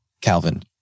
Calvin